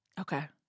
Okay